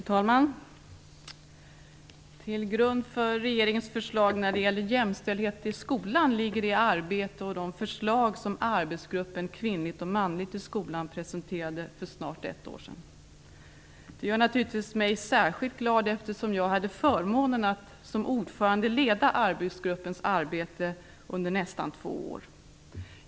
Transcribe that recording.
Fru talman! Till grund för regeringens förslag när det gäller jämställdhet i skolan ligger det arbete och de förslag som arbetsgruppen Kvinnligt och manligt i skolan presenterade för snart ett år sedan. Det gör mig naturligtvis särskilt glad, eftersom jag hade förmånen att som ordförande få leda arbetsgruppens verksamhet under nästan två år.